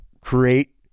create